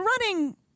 running